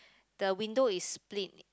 the window is split